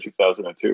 2002